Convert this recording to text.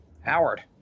Howard